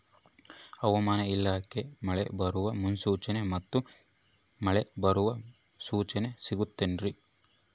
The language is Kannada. ಹವಮಾನ ಇಲಾಖೆ ಮಳೆ ಬರುವ ಮುನ್ಸೂಚನೆ ಮತ್ತು ಮಳೆ ಬರುವ ಸೂಚನೆ ಸಿಗುತ್ತದೆ ಏನ್ರಿ?